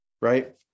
right